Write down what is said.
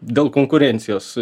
dėl konkurencijos